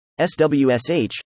SWSH